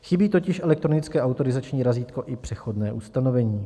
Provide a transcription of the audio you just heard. Chybí totiž elektronické autorizační razítko i přechodné ustanovení.